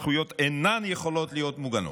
הזכויות אינן יכולות להיות מוגנות.